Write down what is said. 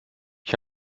ich